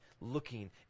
looking